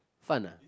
fun